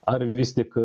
ar vis tik